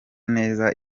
neza